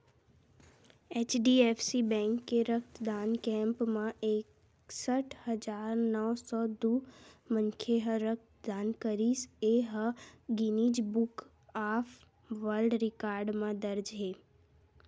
HDFC bank के रक्तदान camp म एकसट हजार नव सौ दू मनखे ह रक्तदान करिस ए ह Guinness book of world record म दर्ज हे